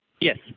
Yes